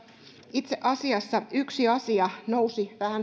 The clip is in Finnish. itse asiassa siinä valiokuntakuulemisessa nousi